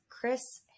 Chris